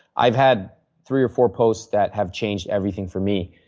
i have had three or four posts that have changed everything for me.